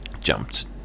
jumped